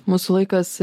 mūsų laikas